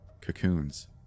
Cocoons